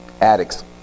Addicts